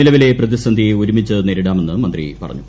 നിലവിലെ പ്രതിസന്ധിയെ ഒരുമിച്ചു നേരിടാമെന്ന് മന്ത്രി പറഞ്ഞു